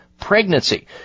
pregnancy